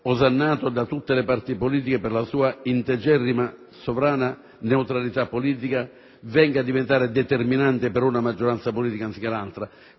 osannato da tutte le parti politiche per la sua integerrima, sovrana neutralità politica diventi determinante per una maggioranza politica anziché un'altra.